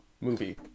movie